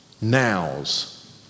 now's